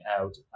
out